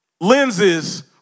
lenses